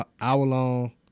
hour-long